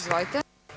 Izvolite.